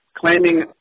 claiming